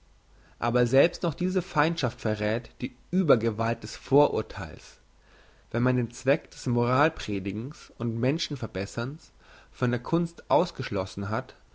aber selbst noch diese feindschaft verräth die übergewalt des vorurtheils wenn man den zweck des moralpredigens und menschen verbesserns von der kunst ausgeschlossen hat